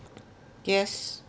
yes